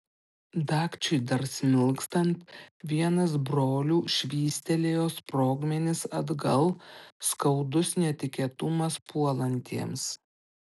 dagčiui dar smilkstant vienas brolių švystelėjo sprogmenis atgal skaudus netikėtumas puolantiems